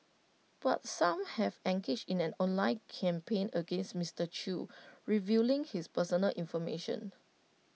but some have engaged in an online campaign against Mister chew revealing his personal information